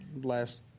last